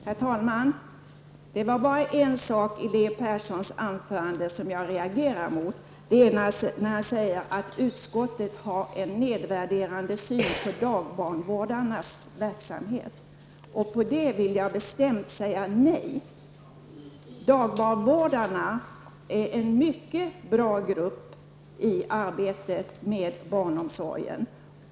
Herr talman! Det var bara en sak i Leo Perssons anförande som jag reagerade mot. Han sade att utskottet har en nedvärderande syn på barndagvårdarnas verksamhet. Jag vill bestämt förneka detta. Dagbarnvårdarna är en mycket bra grupp i arbetet med barnomsorgen.